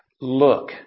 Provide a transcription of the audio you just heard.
look